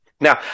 now